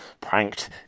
pranked